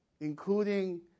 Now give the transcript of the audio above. including